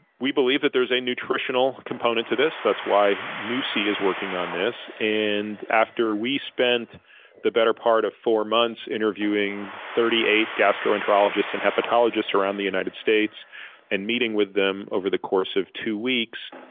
believe that there's a nutritional component to this. that's why nusi is working on this. and after we spent the better part of four months interviewing thirty eight gastroenterologists and hepatoligists around the united states and meeting with them over the course of two weeks,